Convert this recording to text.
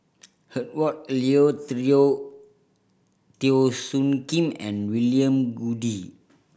Herbert Eleuterio Teo Soon Kim and William Goode